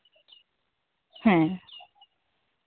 ᱦᱮᱸ